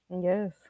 Yes